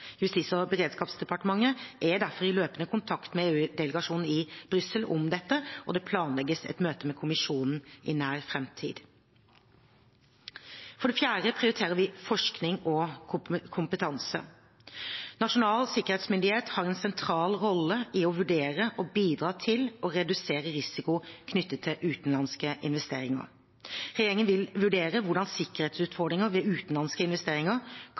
Justis- og beredskapsdepartementet er derfor i løpende kontakt med EU-delegasjonen i Brussel om dette, og det planlegges et møte med Kommisjonen i nær framtid. For det fjerde prioriterer vi forskning og kompetanse. Nasjonal sikkerhetsmyndighet har en sentral rolle i å vurdere og bidra til å redusere risiko knyttet til utenlandske investeringer. Regjeringen vil vurdere hvordan sikkerhetsutfordringer ved utenlandske investeringer